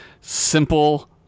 simple-